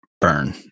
burn